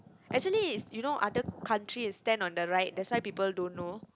actually is you know other country is stand on the right that's why people don't know